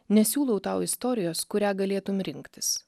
nesiūlau tau istorijos kurią galėtum rinktis